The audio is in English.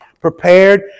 prepared